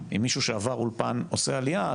אם מישהו שעבר אולפן עושה עלייה,